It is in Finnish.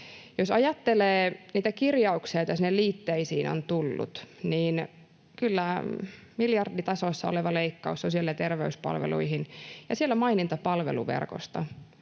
Jos ajattelee niitä kirjauksia, joita sinne liitteisiin on tullut, niin kyllä miljarditasossa oleva leikkaus sosiaali- ja terveyspalveluihin ja siellä maininta palveluverkosta